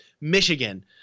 Michigan